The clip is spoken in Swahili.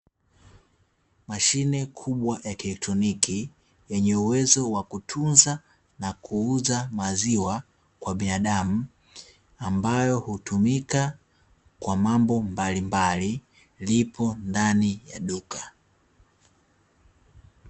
Mashine kubwa ya kielektroniki yenye uwezo wa kutunza na kuuza maziwa kwa binadamu, ambayo hutumika kwa mambo mbalimbali lipo ndani ya duka.